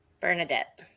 Bernadette